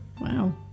wow